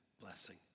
blessing